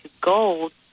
gold